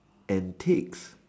and takes